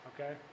okay